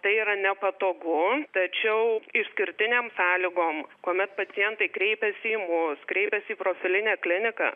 tai yra nepatogu tačiau išskirtinėm sąlygom kuomet pacientai kreipiasi į mus kreipiasi į profilinę kliniką